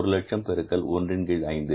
ஒரு லட்சம் பெருக்கல் ஒன்றின் கீழ் 5